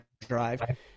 drive